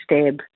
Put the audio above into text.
stab